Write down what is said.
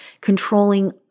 controlling